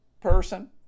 person